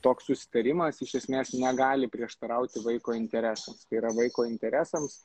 toks susitarimas iš esmės negali prieštarauti vaiko interesams tai yra vaiko interesams